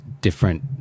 different